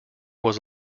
was